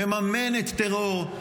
מממנת טרור,